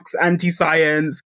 anti-science